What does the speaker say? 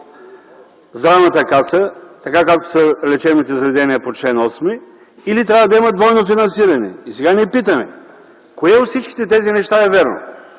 Здравната каса така, както са лечебните заведения по чл. 8, или трябва да имат двойно финансиране. И сега ние питаме кое от всички тези неща е вярно